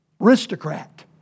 Aristocrat